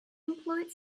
employed